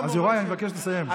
אז יוראי, אני מבקש לסיים.